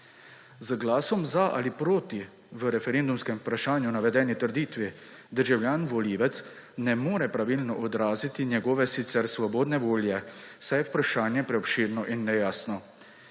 Z glasom za ali proti v referendumskem vprašanju navedeni trditvi državljan volivec ne more pravilno odraziti svoje sicer svobodne volje, saj je vprašanje preobširno in nejasno.